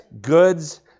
goods